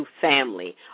family